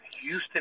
Houston